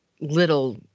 little